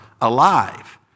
alive